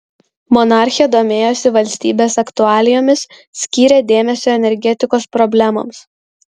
monarchė domėjosi valstybės aktualijomis skyrė dėmesio energetikos problemoms